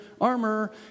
armor